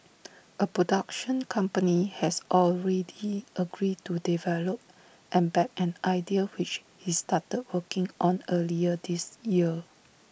A production company has already agreed to develop and back an idea which he started working on earlier this year